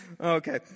Okay